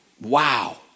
Wow